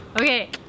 Okay